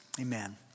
Amen